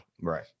Right